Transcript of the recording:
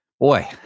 Boy